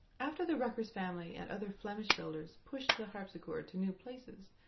after the ruckers family and other flemish builders pushed the harpsichord to new places,